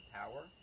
power